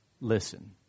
Listen